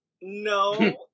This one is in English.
No